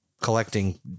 collecting